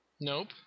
Nope